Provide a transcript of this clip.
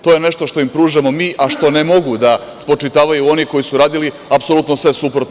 To je nešto što im pružamo mi, a što ne mogu da spočitavaju oni koji su radili apsolutno sve suprotno.